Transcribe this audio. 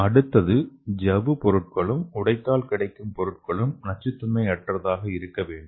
அடுத்தது ஜவ்வு பொருட்களும் உடைத்தால் கிடைக்கும் பொருட்களும் நச்சுத்தன்மை அற்றதாக இருக்க வேண்டும்